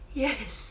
yes